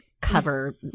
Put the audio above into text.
cover